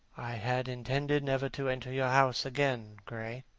i had intended never to enter your house again, gray.